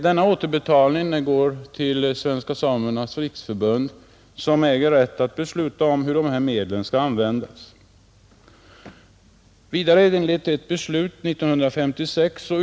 Denna återbetalning går till Svenska samernas riksförbund, som äger rätt att besluta om hur dessa medel skall användas. 8.